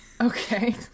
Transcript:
Okay